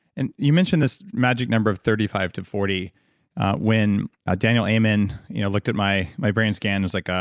and you mention this magic number of thirty five to forty when ah daniel amen you know looked at my my brain scan, he was like,